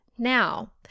Now